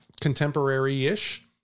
contemporary-ish